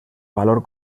valor